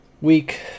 Week